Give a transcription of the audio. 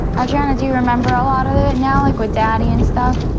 audriana do you remember a lot of it now, like with daddy and stuff?